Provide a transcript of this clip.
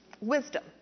Wisdom